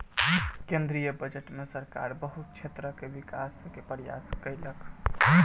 केंद्रीय बजट में सरकार बहुत क्षेत्रक विकास के प्रयास केलक